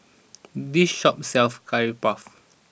this shop sells Curry Puff